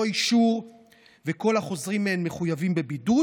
אישור וכל החוזרים מהן מחויבים בבידוד,